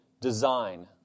design